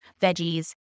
veggies